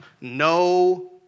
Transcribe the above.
no